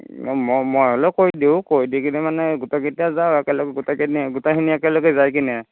ম ম মই হ'লেও কৈ দিওঁ কৈ দিকিনি মানে গোটেইকেইটা যাওঁ একেলগে গোটেইখিনি গোটেইখিনি একেলগে যায় কিনে